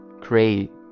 create